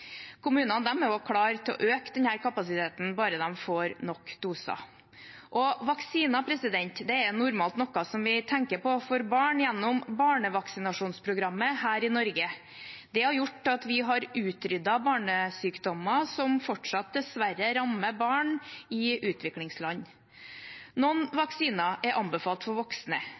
Kommunene er også klare til å øke denne kapasiteten bare de får nok doser. Vaksiner er normalt noe vi tenker på for barn, gjennom barnevaksinasjonsprogrammet, her i Norge. Det har gjort at vi har utryddet barnesykdommer som dessverre fortsatt rammer barn i utviklingsland. Noen vaksiner er anbefalt for voksne,